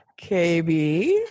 KB